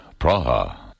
Praha